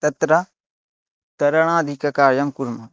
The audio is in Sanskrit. तत्र तरणादिककार्यं कुर्मः